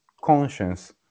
conscience